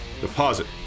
deposit